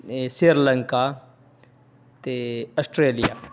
ਇਹ ਸ਼੍ਰੀ ਲੰਕਾ ਅਤੇ ਆਸਟ੍ਰੇਲੀਆ